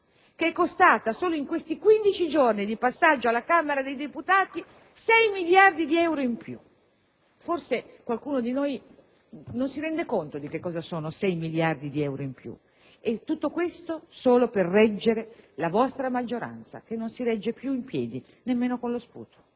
che è costata solo in questi 15 giorni di passaggio alla Camera dei deputati 6 miliardi di euro in più. Forse qualcuno di noi non si rende conto di cosa siano 6 miliardi di euro in più. Tutto questo solo per sorreggere la vostra maggioranza che non si regge più in piedi nemmeno con lo sputo.